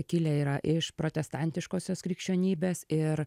kilę yra iš protestantiškosios krikščionybės ir